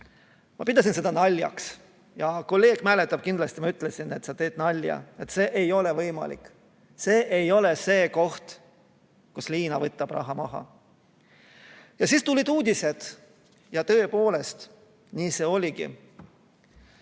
Ma pidasin seda naljaks, kolleeg mäletab kindlasti, et ma ütlesin, et sa teed nalja, see ei ole võimalik. See ei ole see koht, kust Liina võtab raha maha. Aga siis tulid uudised ja tõepoolest, nii see oligi.